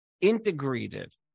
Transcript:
integrated